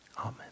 amen